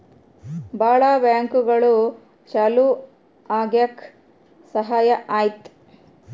ಭಾಳ ಬ್ಯಾಂಕ್ಗಳು ಚಾಲೂ ಆಗಕ್ ಸಹಾಯ ಆಯ್ತು